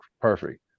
Perfect